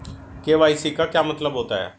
KYC का क्या मतलब होता है?